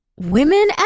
women